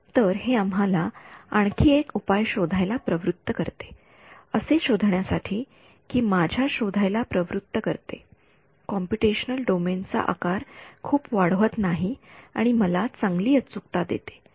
तर हे आम्हाला आणखी एक उपाय शोधायला प्रवृत्त करते असे शोधण्यासाठी की माझ्या शोधायला प्रवृत्त करते कॉम्पुटेशनल डोमेनचा आकार खूप वाढवत नाही आणि मला चांगली अचूकता देते